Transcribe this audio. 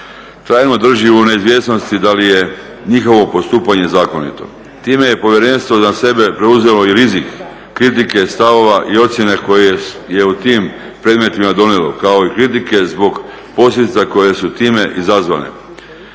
trajno drži u neizvjesnosti da li je njihovo postupanje zakonito. Time je povjerenstvo na sebe preuzelo i rizik kritike, stavova i ocjene koje je u tim predmetima donijelo kao i kritike zbog posljedica koje su time izazvane.